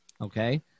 Okay